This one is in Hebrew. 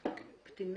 קטינים,